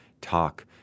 talk